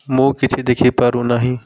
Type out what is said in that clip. ମୁଁ କିଛି ଦେଖିପାରୁନାହିଁ